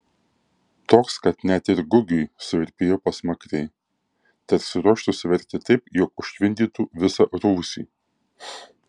toks kad net ir gugiui suvirpėjo pasmakrė tarsi ruoštųsi verkti taip jog užtvindytų visą rūsį